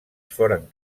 foren